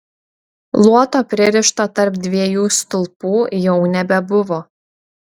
luoto pririšto tarp dviejų stulpų jau nebebuvo